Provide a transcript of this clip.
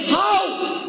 house